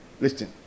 Listen